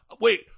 Wait